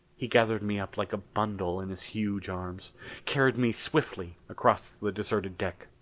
he gathered me up like a bundle in his huge arms carried me swiftly across the deserted deck.